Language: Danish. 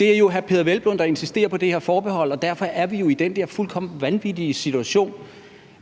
Det er jo hr. Peder Hvelplund, der insisterer på det her forbehold, og derfor er vi jo i den her fuldkommen vanvittige situation,